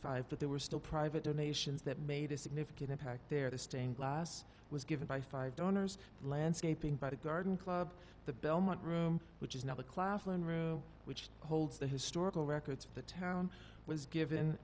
five but there were still private donations that made a significant impact there the stained glass was given by five donors landscaping by the garden club the belmont room which is now the claflin room which holds the historical records of the town was given